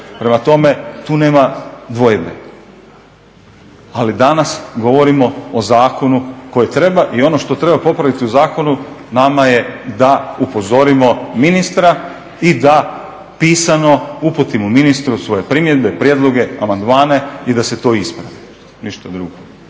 prema tome tu nema dvojbe. Ali danas govorimo o zakonu koji treba i ono što treba popraviti u zakonu nama je da upozorimo ministra i da pisano uputimo ministru svoje primjedbe, prijedloge, amandmane i da se to ispravi ništa drugo.